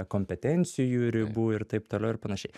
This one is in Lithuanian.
kompetencijų ribų ir taip toliau ir panašiai